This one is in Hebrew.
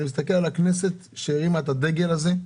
אני מסתכל על הכנסת שהרימה את הדגל הזה.